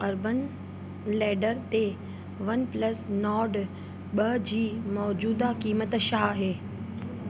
urban ladder ते OnePlus Nord ॿ जी मोजूदा क़ीमत छा आहे